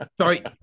sorry